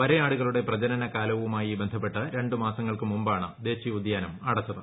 വരയാടുകളുടെ പ്രജനന കാലവുമായി ബന്ധപ്പെട്ട് രണ്ട് മാസങ്ങൾക്ക് മുമ്പാണ് ദേശിയോദ്യാനം അടച്ചത്